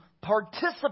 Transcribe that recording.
participate